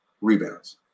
rebounds